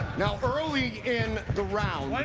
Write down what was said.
now, early in the round,